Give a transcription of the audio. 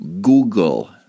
Google